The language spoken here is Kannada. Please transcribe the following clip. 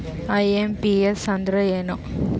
ಐ.ಎಂ.ಪಿ.ಎಸ್ ಅಂದ್ರ ಏನು?